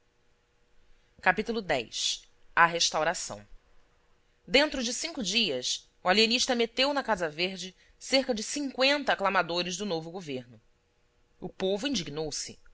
capítulo x restauração dentro de cinco dias o alienista meteu na casa verde cerca de cinqüenta aclamadores do novo governo o povo indignou-se